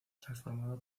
transformado